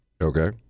Okay